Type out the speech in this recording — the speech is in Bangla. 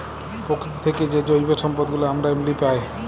পকিতি থ্যাইকে যে জৈব সম্পদ গুলা আমরা এমলি পায়